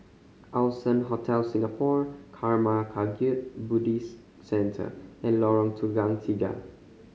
Allson Hotel Singapore Karma Kagyud Buddhist Centre and Lorong Tukang Tiga